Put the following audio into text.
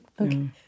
okay